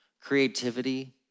creativity